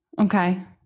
Okay